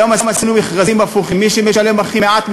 היום עשינו מכרזים הפוכים: מי שמשלם הכי מעט,